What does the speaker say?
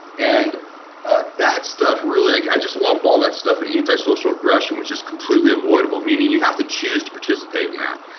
and ah that stuff really, i just lump all that stuff in anti-social aggression, which is completely avoidable, meaning you have to choose to participate in that.